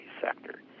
sector